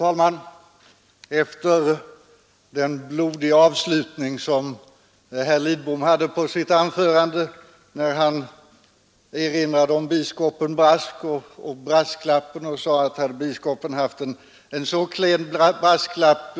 Herr talman! Herr Lidbom hade en ganska blodig avslutning på sitt anförande, där han erinrade om biskopen Brask och sade att denne, om han hade haft en så klen brasklapp